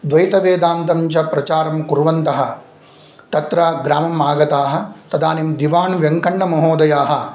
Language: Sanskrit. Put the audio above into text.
द्वैतवेदान्तं च प्रचारं कुर्वन्तः तत्र ग्रामम् आगताः तदानीं दिवान् वेङ्कण्णमहोदयाः